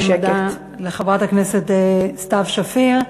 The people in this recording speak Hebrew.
אני מודה לחברת הכנסת סתיו שפיר.